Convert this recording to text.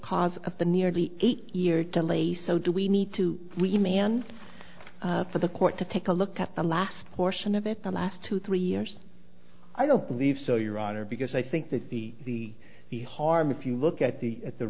cause of the nearly eight year delay so do we need to we may and for the court to take a look at the last portion of it the last two three years i don't believe so your honor because i think that the the the harm if you look at the at the